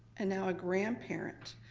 and now a grandparent,